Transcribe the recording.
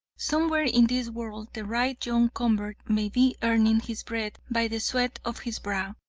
somewhere in this world the right john convert may be earning his bread by the sweat of his brow,